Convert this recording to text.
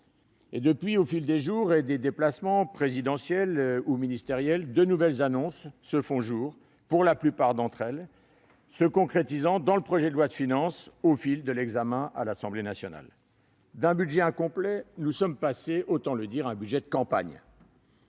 Depuis, au gré des déplacements présidentiels et ministériels, de nouvelles annonces se font jour, se concrétisant, pour la plupart d'entre elles, dans le projet de loi de finances au fil de son examen à l'Assemblée nationale. D'un budget incomplet, nous sommes passés, autant le dire, à un budget de campagne,